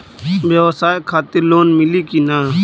ब्यवसाय खातिर लोन मिली कि ना?